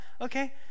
okay